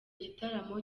gitaramo